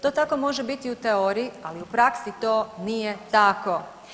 To tako može biti u teoriji, ali u praksi to nije tako.